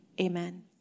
amen